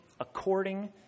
according